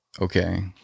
Okay